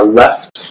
left